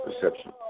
perception